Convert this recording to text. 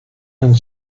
and